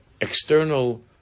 external